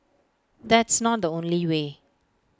that's not the only way